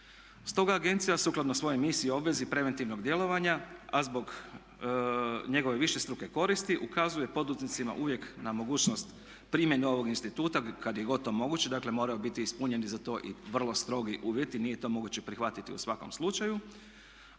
Stoga agencija sukladno svojoj misiji i obvezi preventivnog djelovanja a zbog njegove višestruke koristi ukazuje poduzetnicima uvijek na mogućnost primjene ovoga instituta kad je god to moguće, dakle moraju biti ispunjeni za to i vrlo strogi uvjeti, nije to moguće prihvatiti u svakom slučaju.